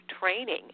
Training